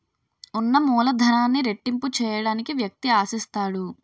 ఉన్న మూలధనాన్ని రెట్టింపు చేయడానికి వ్యక్తి ఆశిస్తాడు